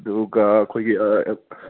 ꯑꯗꯨꯒ ꯑꯩꯈꯣꯏꯒꯤ ꯑꯥ